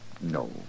No